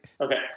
Okay